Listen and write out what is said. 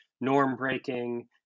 norm-breaking